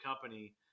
company